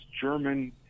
German